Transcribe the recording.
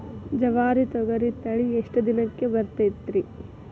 ಜವಾರಿ ತೊಗರಿ ತಳಿ ಎಷ್ಟ ದಿನಕ್ಕ ಬರತೈತ್ರಿ?